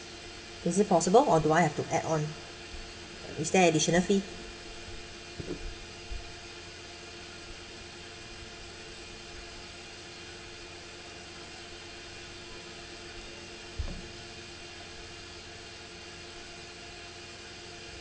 is it possible or do I have to add on is there additional fee